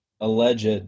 alleged